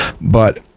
But-